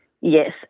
Yes